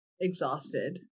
exhausted